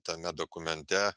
tame dokumente